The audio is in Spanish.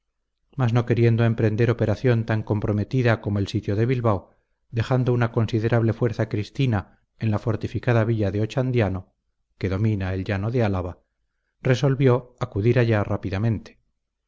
mas no queriendo emprender operación tan comprometida como el sitio de bilbao dejando una considerable fuerza cristina en la fortificada villa de ochandiano que domina el llano de álava resolvió acudir allá rápidamente